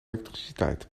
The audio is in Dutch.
elektriciteit